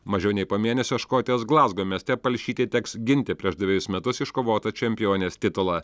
mažiau nei po mėnesio škotijos glazgo mieste palšytei teks ginti prieš dvejus metus iškovotą čempionės titulą